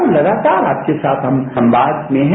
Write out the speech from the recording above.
हम लगातार आपके साथ संवाद में है